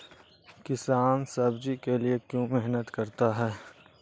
किसान सब्जी के लिए क्यों मेहनत करता है?